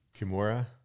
Kimura